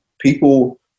people